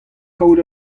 kavout